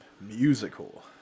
musical